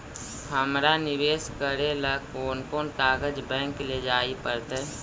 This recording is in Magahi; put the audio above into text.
हमरा निवेश करे ल कोन कोन कागज बैक लेजाइ पड़तै?